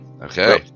Okay